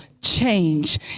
change